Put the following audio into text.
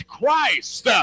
Christ